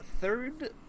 third